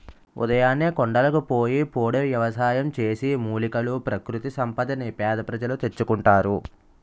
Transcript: ఉదయాన్నే కొండలకు పోయి పోడు వ్యవసాయం చేసి, మూలికలు, ప్రకృతి సంపదని పేద ప్రజలు తెచ్చుకుంటారు